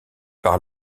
par